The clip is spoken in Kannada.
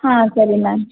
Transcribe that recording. ಹಾಂ ಸರಿ ಮ್ಯಾಮ್